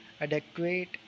adequate